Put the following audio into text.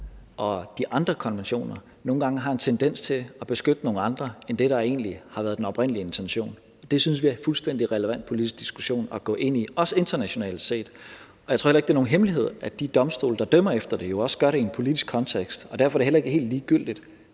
og de andre konventioner nogle gange har en tendens til at beskytte nogle andre, end hvad der har været den oprindelige intention. Det synes vi er en fuldstændig relevant politisk diskussion at gå ind i, også internationalt set. Jeg tror heller ikke, det er nogen hemmelighed, at de domstole, der dømmer efter det, jo også gør det i en politisk kontekst, og derfor er det heller ikke helt ligegyldigt,